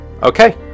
Okay